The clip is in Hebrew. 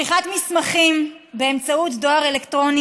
שליחת מסמכים באמצעות דואר אלקטרוני